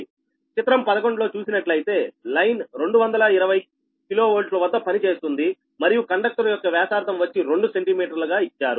చిత్రం 11 లో చూసినట్లయితే లైన్ 220 KV వద్ద పనిచేస్తుంది మరియు కండక్టర్ యొక్క వ్యాసార్థం వచ్చి రెండు సెంటీమీటర్లు గా ఇచ్చారు